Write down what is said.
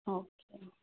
okay